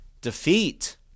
defeat